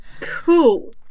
Cool